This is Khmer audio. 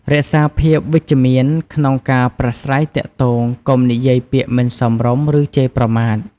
រក្សាភាពវិជ្ជមានក្នុងការប្រាស្រ័យទាក់ទងកុំនិយាយពាក្យមិនសមរម្យ ឬជេរប្រមាថ។